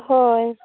ᱦᱳᱭ